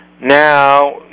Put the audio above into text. Now